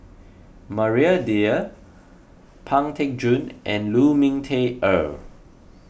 Maria Dyer Pang Teck Joon and Lu Ming Teh Earl